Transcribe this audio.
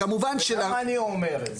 למה אני אומר את זה?